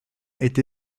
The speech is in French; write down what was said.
est